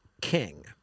King